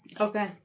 Okay